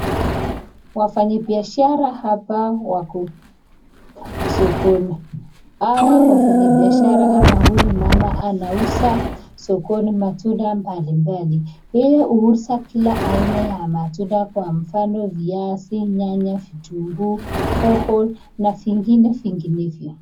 Wafanyi biashara hapa wako sokoni, hawa wafanyibiashara ama huyu mama anauza sokoni matunda mbalimbali, yeye huuza kila aina ya matunda kwa mfano viazi , nyanya, vitunguu , hoho na vingine vinginevyo.